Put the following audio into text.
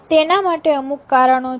તેના માટે અમુક કારણો છે